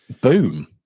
boom